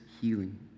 healing